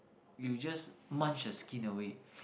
you just munch the skin away